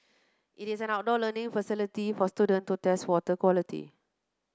it is an outdoor learning facility for student to test water quality